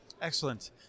Excellent